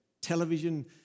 television